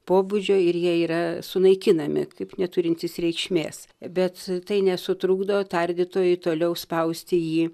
pobūdžio ir jie yra sunaikinami kaip neturintys reikšmės bet tai nesutrukdo tardytojui toliau spausti jį